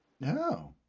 No